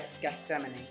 Gethsemane